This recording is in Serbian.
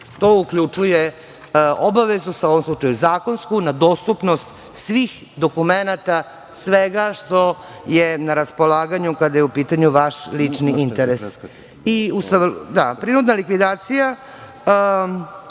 To uključuje obavezu, u ovom slučaju zakonsku na dostupnost svih dokumenata, svega što je na raspolaganju kada je u pitanju vaš lični interes. Prinudna